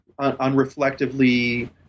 unreflectively